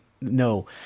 no